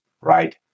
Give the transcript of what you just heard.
right